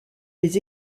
les